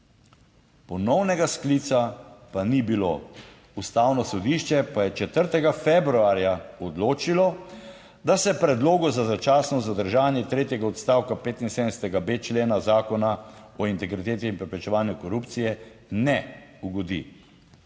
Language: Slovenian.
Ponovnega sklica pa ni bilo. Ustavno sodišče pa je 4. februarja odločilo, da se predlogu za začasno zadržanje tretjega odstavka 75.b člena Zakona o integriteti in preprečevanju korupcije **19.